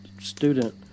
student